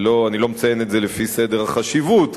אני לא מציין את זה לפי סדר החשיבות,